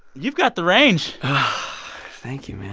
you've got the range thank you, man.